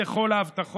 למה אתה מעוות?